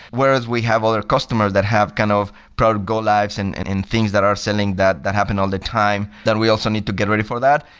whereas we have all our customers that have kind of probably go lives and and things that are selling that that happen all the time that we also need to get ready for that.